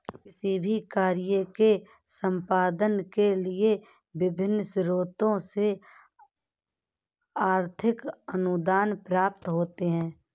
किसी भी कार्य के संपादन के लिए विभिन्न स्रोतों से आर्थिक अनुदान प्राप्त होते हैं